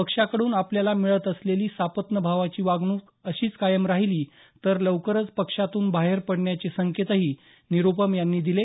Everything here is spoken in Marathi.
पक्षाकडून आपल्याला मिळत असलेली सापत्नभावाची वागणूक अशीच कायम राहिली तर लवकरच पक्षातून बाहेर पडण्याचे संकेतही निरुपम यांनी दिले